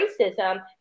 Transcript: racism